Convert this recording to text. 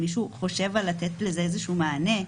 מישהו חושב לתת לזה איזה מענה?